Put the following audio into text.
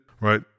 right